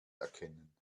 erkennen